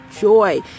joy